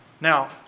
Now